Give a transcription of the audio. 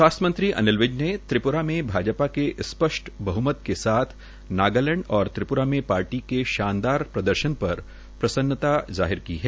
स्वास्थ्य मंत्री अनिल विज ने त्रिप्रा में भाजपा के स्पष्ट बह्मत के साथ नागलैंड और मेघालय में पार्टी के शानदार प्रदर्शन पर प्रसन्नता जाहिर की है